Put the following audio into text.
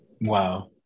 Wow